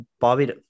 Bobby